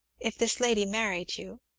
if this lady married you,